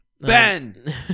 Ben